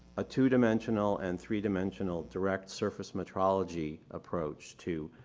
a two dimensional and three dimensional direct surface metrology approach to